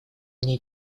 они